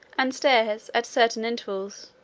and stairs, at certain intervals,